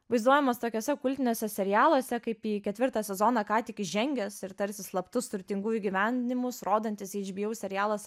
vaizduojamas tokiuose kultiniuose serialuose kaip į ketvirtą sezoną ką tik įžengęs ir tarsi slaptus turtingųjų gyvenimus rodantis hbo serialas